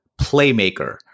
playmaker